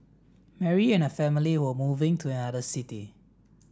Mary and her family were moving to another city